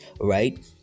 right